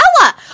Ella